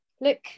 Look